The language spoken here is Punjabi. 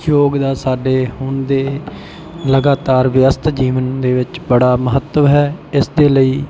ਯੋਗ ਦਾ ਸਾਡੇ ਹੁਣ ਦੇ ਲਗਾਤਾਰ ਵਿਅਸਤ ਜੀਵਨ ਦੇ ਵਿੱਚ ਬੜਾ ਮਹੱਤਵ ਹੈ ਇਸ ਦੇ ਲਈ